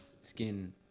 skin